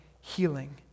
healing